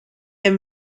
hem